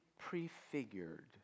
prefigured